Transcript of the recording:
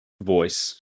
voice